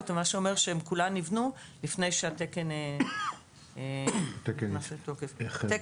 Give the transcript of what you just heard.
אבל זה אומר שהן כולן נבנו לפני שהתקן נכנס לתוקף.